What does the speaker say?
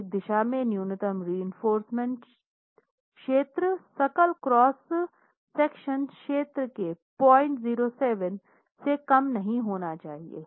प्रत्येक दिशा में न्यूनतम रीइनफोर्रसमेंट क्षेत्र सकल क्रॉस सेक्शनल क्षेत्र के 007 से कम नहीं होना चाहिए